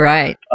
Right